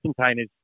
containers